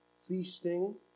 feasting